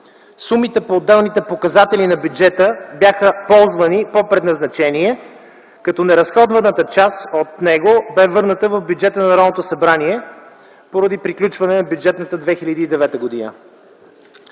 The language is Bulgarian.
Сумите по отделните показатели на бюджета бяха ползвани по предназначение като неразходваната част от него бе върната в бюджета на Народното събрание, поради приключване на бюджетната 2009 г.